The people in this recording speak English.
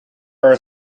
are